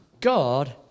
God